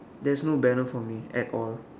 there's no banner for me at all